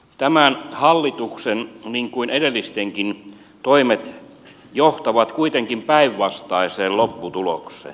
tämän hallituksen niin kuin edellistenkin toimet johtavat kuitenkin päinvastaiseen lopputulokseen